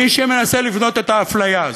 מי שמנסה לבנות את האפליה הזאת,